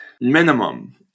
minimum